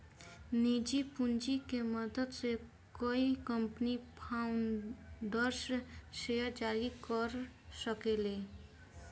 निजी पूंजी के मदद से कोई कंपनी फाउंडर्स शेयर जारी कर सके ले